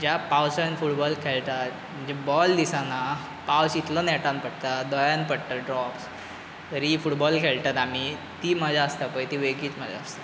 ज्या पावसान फुटबॉल खेळटात जे बॉल दिसना पावस इतलो नॅटान पडटा दोळ्यान पडटा ड्रॉप्स तरी फुटबॉल खेळटात आमी ती मजा आसता पळय ती वेगळीच मजा आसता